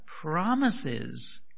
promises